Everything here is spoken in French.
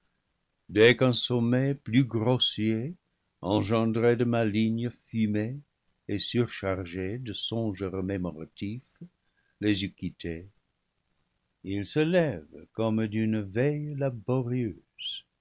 qu'un sommeil plus grossier engendré de malignes fumées et surchargé de songes remémoratifs les eut quittés ils se lèvent comme d'une veille